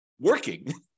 working